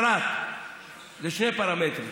פרט לשני פרמטרים: